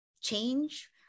change